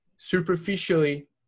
Superficially